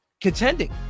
contending